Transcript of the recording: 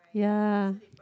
ya